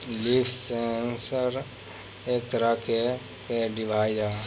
leaf sensor एक तरह के के डिवाइस ह